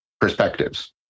perspectives